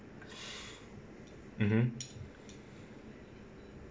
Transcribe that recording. (uh huh)